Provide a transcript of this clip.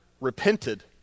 repented